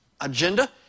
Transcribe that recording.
agenda